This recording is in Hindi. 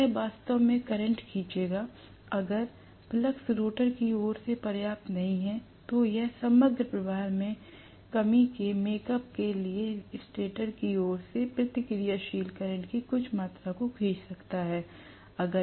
तो यह वास्तव में करंट खींचगा अगर फ्लक्स रोटर की ओर से पर्याप्त नहीं है तो यह समग्र प्रवाह में कमी के मेक अप के लिए स्टेटर की ओर से प्रतिक्रियाशील करंट की कुछ मात्रा को खींच सकता है